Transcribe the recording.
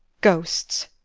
ghosts!